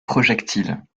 projectile